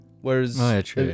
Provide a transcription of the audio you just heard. Whereas